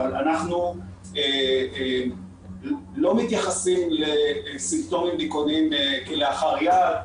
אבל אנחנו לא מתייחסים לסימפטומים דיכאוניים כלאחר יד,